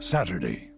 Saturday